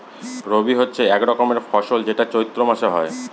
রবি হচ্ছে এক রকমের ফসল যেটা চৈত্র মাসে হয়